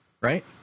right